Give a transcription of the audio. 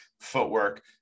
footwork